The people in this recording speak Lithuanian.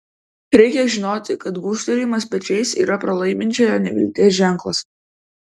reikia žinoti kad gūžtelėjimas pečiais yra pralaiminčiojo nevilties ženklas